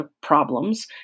problems